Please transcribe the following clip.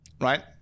Right